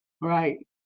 Right